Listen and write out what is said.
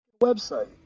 website